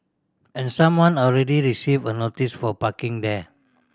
and someone already received a notice for parking there